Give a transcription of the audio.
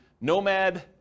nomad